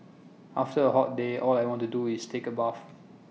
after A hot day all I want to do is take A bath